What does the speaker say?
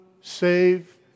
save